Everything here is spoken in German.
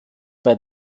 bei